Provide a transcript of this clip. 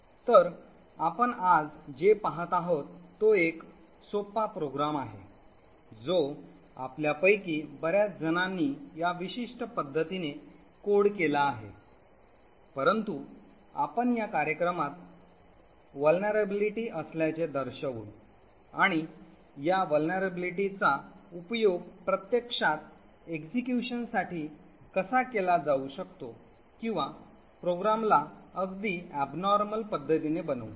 तर आपण आज जे पाहत आहोत तो एक सोपा प्रोग्राम आहे जो आपल्यापैकी बर्याच जणांनी या विशिष्ट पद्धतीने कोड केला आहे परंतु आपण या कार्यक्रमात असुरक्षितता असल्याचे दर्शवू आणि या असुरक्षाचा उपयोग प्रत्यक्षात execution साठी कसा केला जाऊ शकतो किंवा प्रोग्रामला अगदी abnormal पद्धतीने बनवु